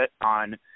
on